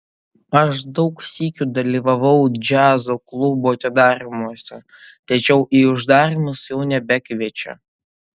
aš daug sykių dalyvavau džiazo klubų atidarymuose tačiau į uždarymus jau nebekviečia